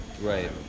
right